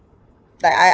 like I